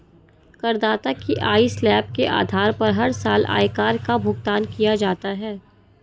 करदाता की आय स्लैब के आधार पर हर साल आयकर का भुगतान किया जाता है